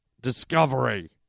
discovery